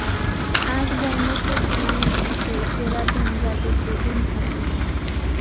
আক বন্য তুক জিনিস হসে করাটিন যাতে প্রোটিন থাকি